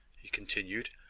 he continued,